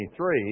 23